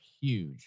huge